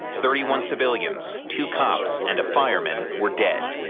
thirty one civilians, two cops and a fireman were dead.